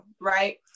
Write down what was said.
right